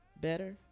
better